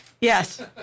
Yes